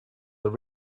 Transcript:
are